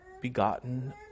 begotten